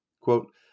Quote